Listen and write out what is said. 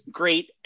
great